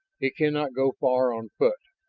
he cannot go far on foot.